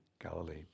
Galilee